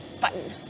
button